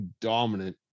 dominant